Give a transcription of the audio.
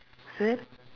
sir